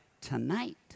tonight